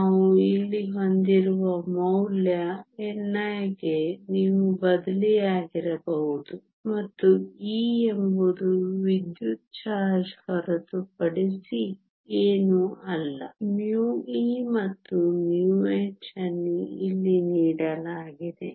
ನಾವು ಇಲ್ಲಿ ಹೊಂದಿರುವ ಮೌಲ್ಯ ni ಗೆ ನೀವು ಬದಲಿಯಾಗಿರಬಹುದು ಮತ್ತು e ಎಂಬುದು ವಿದ್ಯುತ್ ಚಾರ್ಜ್ ಹೊರತುಪಡಿಸಿ ಏನೂ ಅಲ್ಲ μe ಮತ್ತು μh ಅನ್ನು ಇಲ್ಲಿ ನೀಡಲಾಗಿದೆ